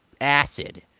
acid